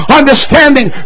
understanding